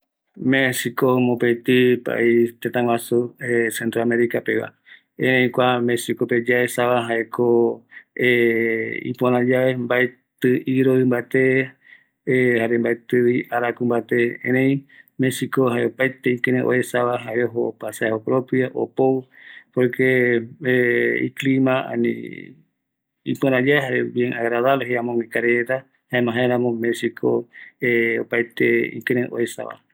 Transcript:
Mexicojaeko tëtä guasu, ïporayae, kua iarareta mbaetɨ pisɨi mbate, oïme opaete rämi, yaikuata vi iroɨ, araku, jare yaipota yave yaja yapou